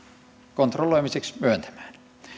kontrolloimiseksi myöntämään